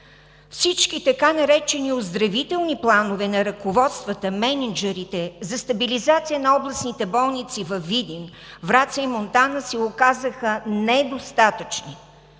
Всички така наречени оздравителни планове на ръководствата, мениджърите за стабилизация на областните болници във Видин, Враца и Монтана се оказаха недостатъчни.